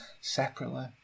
separately